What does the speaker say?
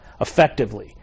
effectively